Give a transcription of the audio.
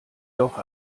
doch